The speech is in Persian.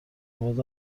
مورد